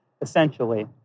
essentially